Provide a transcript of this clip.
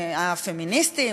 הפלורליסטיים ואחרים,